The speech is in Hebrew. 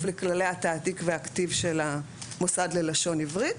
לכללי התעתיק והכתיב של המוסד ללשון עברית,